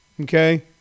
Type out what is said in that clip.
Okay